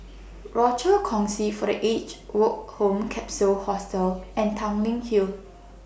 Rochor Kongsi For The Aged Woke Home Capsule Hostel and Tanglin Hill